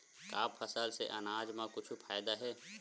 का फसल से आनाज मा कुछु फ़ायदा हे?